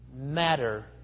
matter